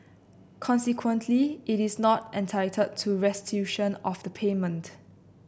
consequently it is not entitled to restitution of the payment